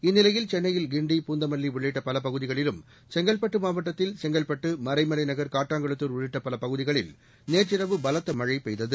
இந்நிலையில் சென்னையில் கிண்டி பூந்தமல்லி உள்ளிட்ட பல பகுதிகளிலும் செங்கற்பட்டு மாவட்டத்தில் செங்கற்பட்டு மறைமலைநகர் காட்டாங்குளத்தூர் உள்ளிட்ட பல பகுதிகளில் நேற்றிரவு பலத்த மழை பெய்தது